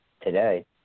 Today